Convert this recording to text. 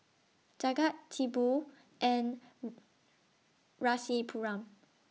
Jagat Tipu and Rasipuram